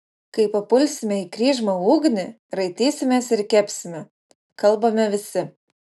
kai papulsime į kryžmą ugnį raitysimės ir kepsime kalbame visi